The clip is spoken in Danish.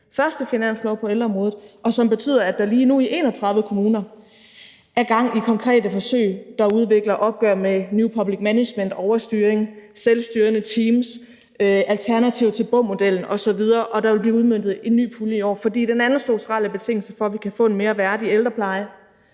første finanslov på ældreområdet, og som betyder, at der lige nu i 31 kommuner er gang i konkrete forsøg, der udvikler opgør med new public management-overstyring, med selvstyrende teams, alternativer til BUM-modellen osv. Og der vil blive udmøntet en ny pulje i år, for den anden strukturelle betingelse for, at vi kan få en mere værdig ældrepleje,